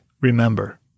Remember